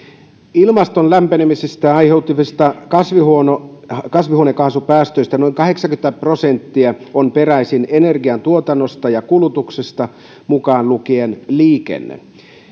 ilmaston lämpenemistä aiheuttavista kasvihuonekaasupäästöistä noin kahdeksankymmentä prosenttia on peräisin energian tuotannosta ja kulutuksesta mukaan lukien liikenne